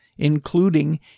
including